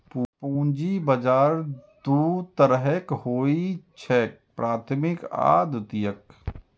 पूंजी बाजार दू तरहक होइ छैक, प्राथमिक आ द्वितीयक